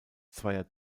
zweier